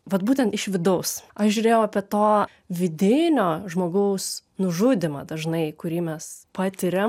vat būtent iš vidaus aš žiūrėjau apie to vidinio žmogaus nužudymą dažnai kurį mes patiriam